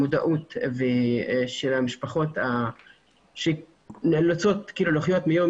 כל השנים עצרו לנו את החיים,